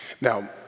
Now